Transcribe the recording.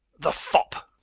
the fop!